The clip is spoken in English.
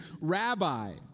Rabbi